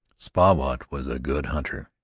spahwat was a good hunter,